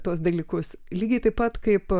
tuos dalykus lygiai taip pat kaip